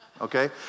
okay